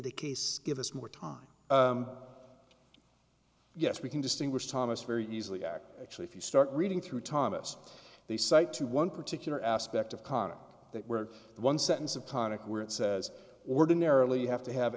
the case give us more time yes we can distinguish thomas very easily act actually if you start reading through thomas they cite to one particular aspect of kata that one sentence of tonic where it says ordinarily you have to have